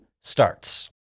starts